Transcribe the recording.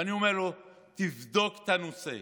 ואני אומר לו: תבדוק את הנושא.